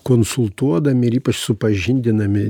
konsultuodami ir ypač supažindinami